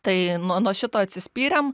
tai nuo nuo šito atsispyrėm